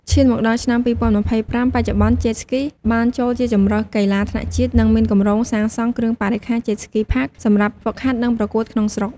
ឈានមកដល់ឆ្នាំ ២០២៥បច្ចុប្បន្ន Jet Ski បានចូលជាជម្រើសកីឡាថ្នាក់ជាតិ និងមានគម្រោងសាងសង់គ្រឿងបរិក្ខារ Jet Ski Park សម្រាប់ហ្វឹកហាត់ និងប្រកួតក្នុងស្រុក។